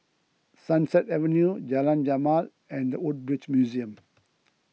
Sunset Avenue Jalan Jamal and the Woodbridge Museum